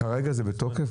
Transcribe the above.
כרגע זה בתוקף?